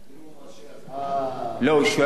שואל אם זה בנוגע לחוק.